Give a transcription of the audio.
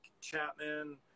Chapman